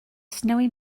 snowy